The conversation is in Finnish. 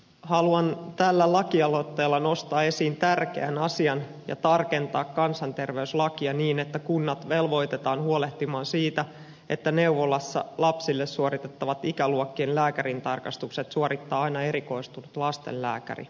haluan tällä laki aloitteella nostaa esiin tärkeän asian ja tarkentaa kansanterveyslakia niin että kunnat velvoitetaan huolehtimaan siitä että neuvolassa lapsille suoritettavat ikäluokkien lääkärintarkastukset suorittaa aina erikoistunut lastenlääkäri